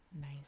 nice